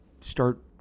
start